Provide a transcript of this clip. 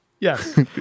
Yes